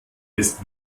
ist